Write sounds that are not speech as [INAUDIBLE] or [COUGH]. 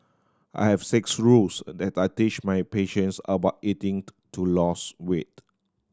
I have six rules [UNINTELLIGIBLE] that I teach my patients about eating [UNINTELLIGIBLE] to lose weight